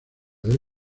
del